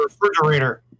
refrigerator